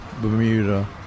Bermuda